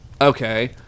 Okay